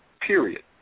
period